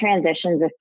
transitions